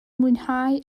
mwynhau